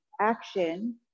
action